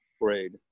grade